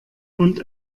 und